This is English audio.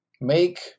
make